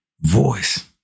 voice